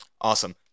awesome